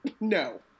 No